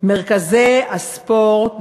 מרכזי הספורט,